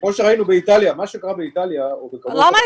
כמו שראינו באיטליה מה שקרה באיטליה או במקומות